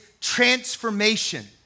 transformation